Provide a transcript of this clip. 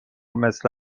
مثل